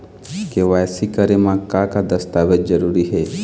KYC करे म का का दस्तावेज जरूरी हे?